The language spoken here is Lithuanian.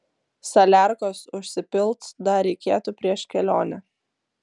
saliarkos užsipilt dar reikėtų prieš kelionę